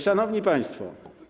Szanowni Państwo!